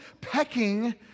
pecking